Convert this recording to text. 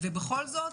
בכל זאת,